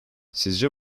sizce